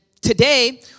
today